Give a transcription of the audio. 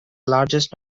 largest